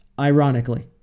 ironically